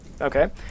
Okay